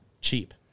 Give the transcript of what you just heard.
cheap